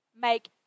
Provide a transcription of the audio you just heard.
Make